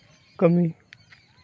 ᱠᱟᱹᱢᱤ